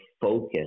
focus